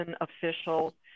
Official